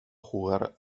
jugar